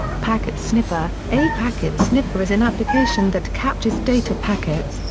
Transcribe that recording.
packet sniffer a packet sniffer is an application that captures data packets,